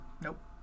Nope